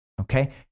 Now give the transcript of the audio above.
Okay